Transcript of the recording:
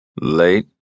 Late